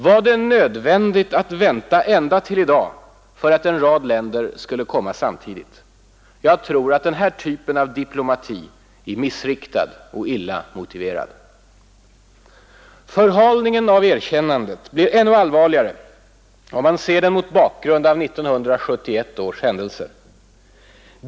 Var det nödvändigt att vänta ända till i dag därför att en rad länder skulle komma samtidigt? Jag tror att denna typ av diplomati är missriktad och illa motiverad. Förhalningen av erkännandet blir ännu allvarligare om man ser den mot bakgrund av 1971 års händelser.